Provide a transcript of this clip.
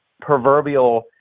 proverbial